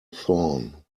thorn